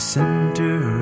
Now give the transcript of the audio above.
center